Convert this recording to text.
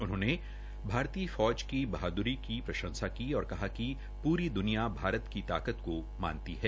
उन्होंने भारतीय फौज की बहाद्री की प्रंशसा की और कहा कि पूरी दुनिया भारत की ताकत को मानती है